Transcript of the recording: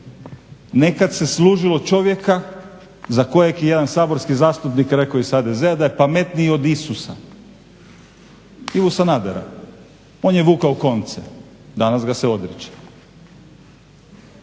nekad se služilo čovjeka za kojeg je jedan saborski zastupnik rekao iz HDZ-a da je pametniji od Isusa, Ivu Sanadera. On je vukao konce, danas ga se odriče.